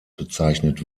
bezeichnet